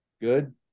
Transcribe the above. Good